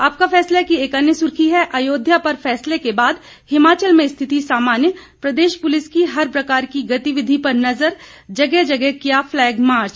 आपका फैसला की एक अन्य सुर्खी है अयोध्या पर फैसले के बाद हिमाचल में स्थिति सामान्य प्रदेश पुलिस की हर प्रकार की गतिविधि पर नज़र जगह जगह किया फ्लैग मार्च